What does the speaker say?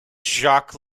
jacques